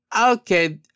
Okay